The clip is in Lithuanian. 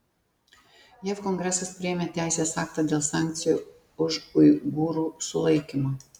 jav kongresas priėmė teisės aktą dėl sankcijų už uigūrų sulaikymą